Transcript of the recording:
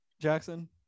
Jackson